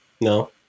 No